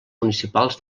municipals